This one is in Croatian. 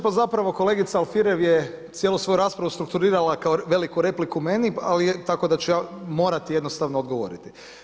Pa zapravo kolegica Alfirev je cijelu svoju raspravu strukturirala kao veliku repliku meni, tako da ću ja morati jednostavno odgovoriti.